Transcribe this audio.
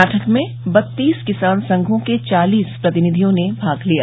बैठक में बत्तीस किसान संघों के चालिस प्रतिनिधियों ने भाग लिया